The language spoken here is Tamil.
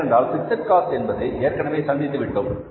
ஏனென்றால் பிக்ஸட் காஸ்ட் என்பது ஏற்கனவே சந்தித்து விட்டோம்